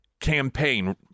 campaign